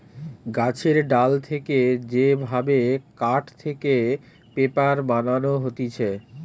গাছের ডাল থেকে যে ভাবে কাঠ থেকে পেপার বানানো হতিছে